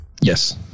yes